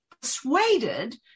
persuaded